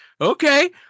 Okay